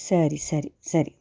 ಸರಿ ಸರಿ ಸರಿ